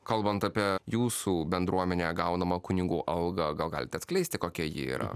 kalbant apie jūsų bendruomenę gaunamą kunigų algą gal galite atskleisti kokia ji yra